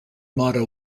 motto